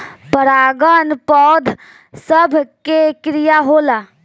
परागन पौध सभ के क्रिया होला